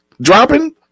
dropping